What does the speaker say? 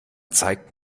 zeigt